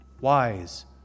wise